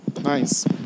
Nice